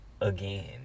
again